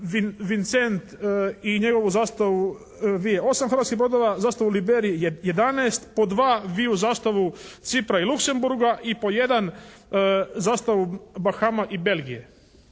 Vincent i njegovu zastavu vije 8 hrvatskih brodova, zastavu u Liberiji 11, po dva viju zastavu Cipra i Luxemburga i po jedan zastavu Bahama i Belgije.